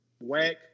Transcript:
whack